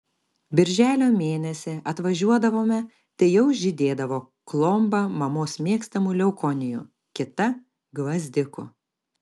birželio mėnesį atvažiuodavome tai jau žydėdavo klomba mamos mėgstamų leukonijų kita gvazdikų